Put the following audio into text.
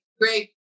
great